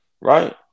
right